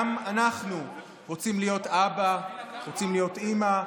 גם אנחנו רוצים להיות אבא, רוצים להיות אימא,